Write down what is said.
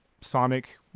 sonic